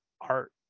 art